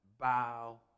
bow